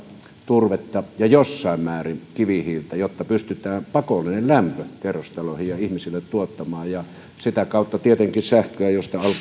turvetta ja jossain määrin kivihiiltä jotta pystytään pakollinen lämpö kerrostaloihin ja ihmisille tuottamaan ja sitä kautta tietenkin sähköä josta alkaa